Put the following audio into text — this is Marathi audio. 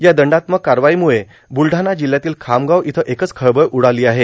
या दंडात्मक कारवाईमुळे बुलडाणा जिल्ह्यातील खामगाव इथं एकच खळबळ उडालो आहे